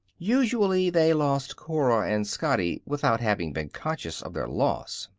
usually they lost cora and scotty without having been conscious of their loss.